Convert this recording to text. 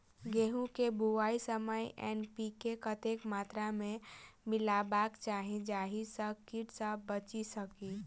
गेंहूँ केँ बुआई समय एन.पी.के कतेक मात्रा मे मिलायबाक चाहि जाहि सँ कीट सँ बचि सकी?